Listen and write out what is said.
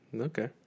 Okay